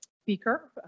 speaker